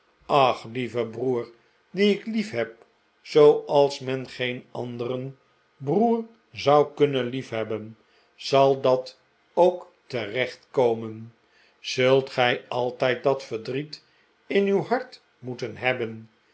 ach lieve broer dien ik lief heb zooals men geen andereh broer zou kunnen liefhebben zal dat ook terechtkomen zult gij altijd dat verdriet in uw hart moeten hebben